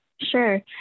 Sure